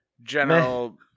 general